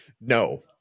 No